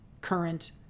current